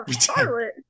Charlotte